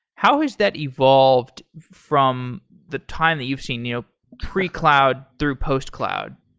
how has that evolved from the time that you've seen you know pre-cloud through post-cloud?